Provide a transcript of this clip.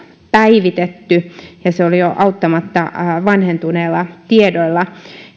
päivitetty ja se oli jo auttamatta vanhentuneilla tiedoilla